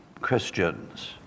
Christians